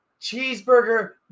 cheeseburger